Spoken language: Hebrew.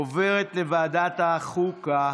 לוועדת החוקה,